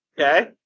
Okay